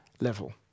level